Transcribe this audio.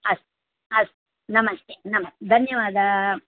अस् अस्तु नमस्ते नम धन्यवादः